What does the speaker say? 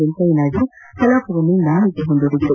ವೆಂಕಯ್ಲನಾಯ್ದು ಕಲಾಪವನ್ನು ನಾಳೆಗೆ ಮುಂದೂಡಿದರು